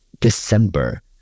December